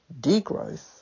degrowth